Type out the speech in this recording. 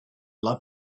love